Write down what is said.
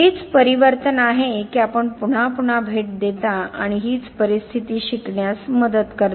हेच परिवर्तन आहे की आपण पुन्हा पुन्हा भेट देता आणि हीच परिस्थिती शिकण्यास मदत करते